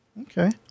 Okay